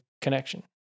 connection